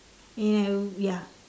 and ya